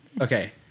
Okay